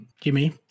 Jimmy